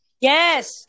Yes